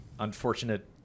Unfortunate